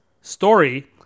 story